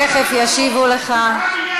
תכף ישיבו לך.